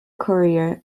courier